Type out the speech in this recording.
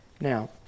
Now